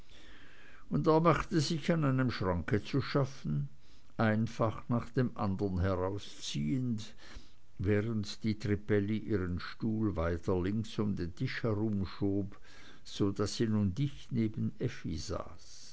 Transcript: und er machte sich an einem schrank zu schaffen ein fach nach dem anderen herausziehend während die trippelli ihren stuhl weiter links um den tisch herum schob so daß sie nun dicht neben